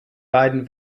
beiden